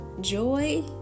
Joy